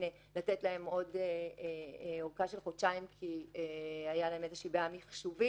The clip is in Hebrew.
לתת להם עוד אורכה של חודשיים כי היתה להם איזושהי בעיה מיחשובית.